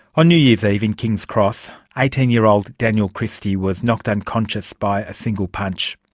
on new year's eve in king's cross, eighteen year old daniel christie was knocked unconscious by a single punch.